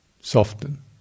Soften